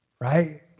right